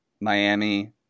Miami